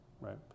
Right